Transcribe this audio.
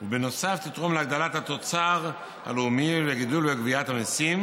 ובנוסף תתרום להגדלת התוצר הלאומי ולגידול בגביית המיסים.